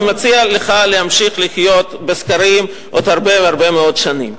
אני מציע לך להמשיך לחיות בסקרים עוד הרבה הרבה מאוד שנים.